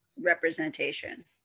representation